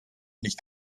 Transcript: nicht